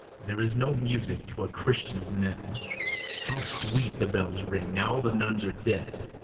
there is no music to a christian's knell how sweet the bells ring, now the nuns are dead,